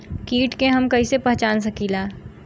कीट के हम कईसे पहचान सकीला